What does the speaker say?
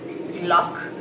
Luck